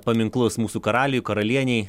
paminklus mūsų karaliui karalienei